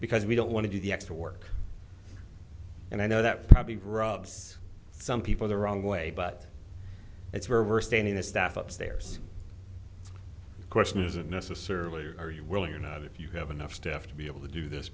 because we don't want to do the extra work and i know that probably rubs some people the wrong way but it's where we're standing the staff upstairs question isn't necessarily are you willing or not if you have enough staff to be able to do this